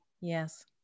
Yes